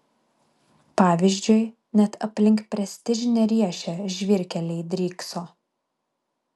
pavyzdžiui net aplink prestižinę riešę žvyrkeliai drykso